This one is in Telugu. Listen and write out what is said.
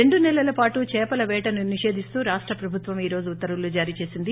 రెండు సెలల పాటు చేపల పేటను నిషేధిస్తూ రాష్ట ప్రభుత్వం ఈ రోజు ఉత్తర్వులు జారీ చేసింది